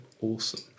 Awesome